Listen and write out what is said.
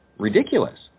ridiculous